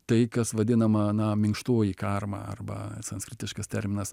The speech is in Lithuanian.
tai kas vadinama na minkštoji karma arba sanskritiškas terminas